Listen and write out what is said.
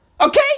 Okay